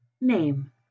name